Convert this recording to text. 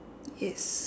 yes